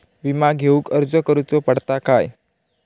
विमा घेउक अर्ज करुचो पडता काय?